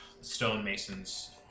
stonemasons